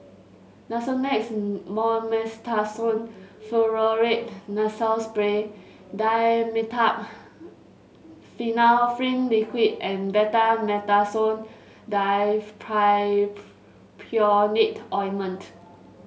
Nasonex Mometasone Furoate Nasal Spray Dimetapp Phenylephrine Liquid and Betamethasone Dipropionate Ointment